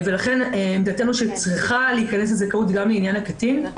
ולכן עמדתנו היא שצריכה להיכנס הזכאות גם לעניין הקטין.